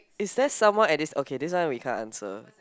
is that someone at least okay this one we can't answer